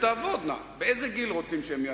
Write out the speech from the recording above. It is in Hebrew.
על הדברים שאמרת.